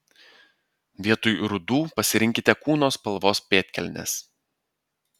vietoj rudų pasirinkite kūno spalvos pėdkelnes